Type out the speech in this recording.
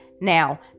Now